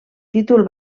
títol